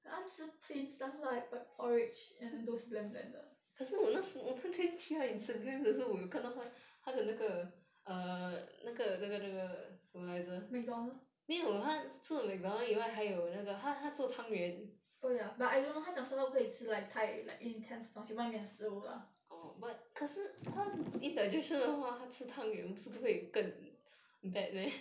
她吃 plain stuff like like porridge and those bland bland 的 mcdonald oh ya but I don't know 她讲说她不可以吃 like 太 intense 的东西外面食物 lah